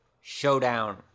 Showdown